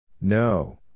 No